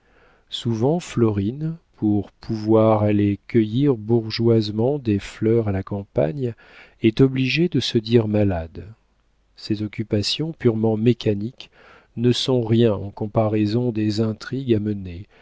souvent florine pour pouvoir aller cueillir bourgeoisement des fleurs à la campagne est obligée de se dire malade ces occupations purement mécaniques ne sont rien en comparaison des intrigues